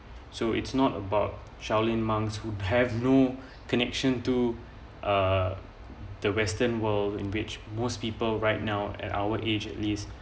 so it's not about shaolin monks who have no connection to uh the western world in which most people right now at our age at least